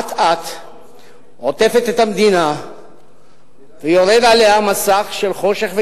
אט-אט עוטף את המדינה ויורד עליה מסך של חושך וגזענות,